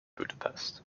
budapest